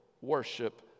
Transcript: worship